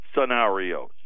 scenarios